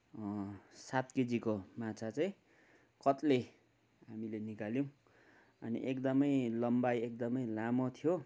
सात केजीको माछा चाहिँ कत्ले हामीले निकाल्यौँ अनि एकदमै लम्बाई एकदमै लामो थियो